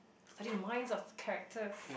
I study the minds of characters